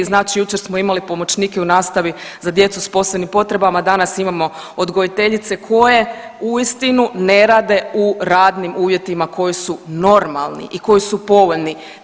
Znači jučer smo imali pomoćnike u nastavi za djecu s posebnim potrebama, danas imamo odgojiteljice koje uistinu ne rade u radnim uvjetima koji su normalni i koji su povoljni.